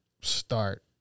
start